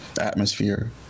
atmosphere